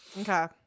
Okay